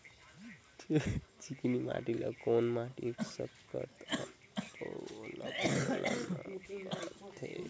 चिकनी माटी ला कौन माटी सकथे अउ ओला कौन का नाव काथे?